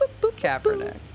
Kaepernick